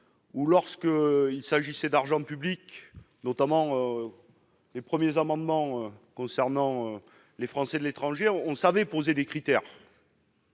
lorsqu'il s'agissait d'argent public, notamment lors de l'examen des amendements concernant les Français de l'étranger, on savait fixer des critères